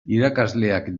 irakasleak